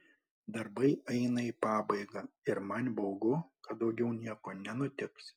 darbai eina į pabaigą ir man baugu kad daugiau nieko nenutiks